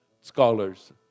scholars